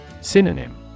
Synonym